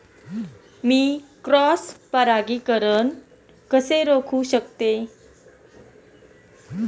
मी cross परागीकरण कसे रोखू शकतो?